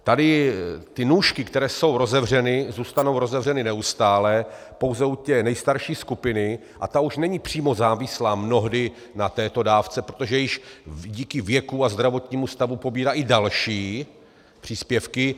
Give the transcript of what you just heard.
Tady ty nůžky, které jsou rozevřeny, zůstanou rozevřeny neustále pouze u té nejstarší skupiny a ta už není přímo závislá mnohdy na této dávce, protože již díky věku a zdravotnímu stavu pobírá i další příspěvky.